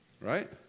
Right